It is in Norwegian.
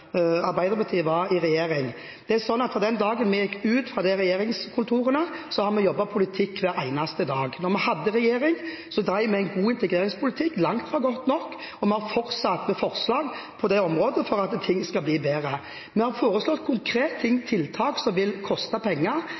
Arbeiderpartiet var i regjering. Fra den dagen vi gikk ut av regjeringskontorene, har vi jobbet med politikk hver eneste dag. I regjering drev vi en god integreringspolitikk. Langt ifra godt nok, og vi har fortsatt med forslag på det området for at ting skal bli bedre. Vi har foreslått konkrete tiltak som vil koste penger,